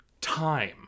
time